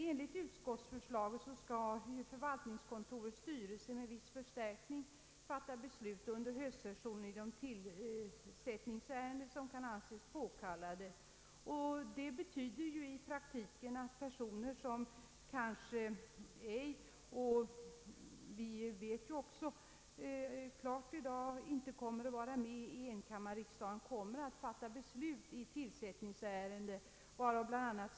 Enligt utskottets förslag skall emellertid förvaltningskontorets styrelse med viss förstärkning fatta beslut under höstsessionen i de tillsättningsärenden som kan anses påkallade. Det betyder i praktiken att personer som kanske inte — det vet vi redan i dag — kommer att vara med i enkammarriksdagen skall fatta beslut i tillsättningsärenden.